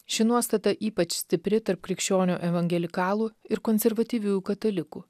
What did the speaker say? ši nuostata ypač stipri tarp krikščionių evangelikalų ir konservatyviųjų katalikų